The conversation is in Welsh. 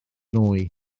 nwy